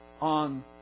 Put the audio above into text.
on